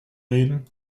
reden